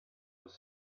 was